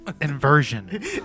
Inversion